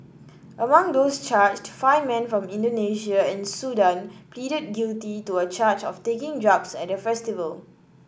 among those charged five men from Indonesia and Sudan pleaded guilty to a charge of taking drugs at the festival